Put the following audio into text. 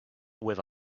with